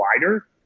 wider